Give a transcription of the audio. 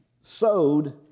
sowed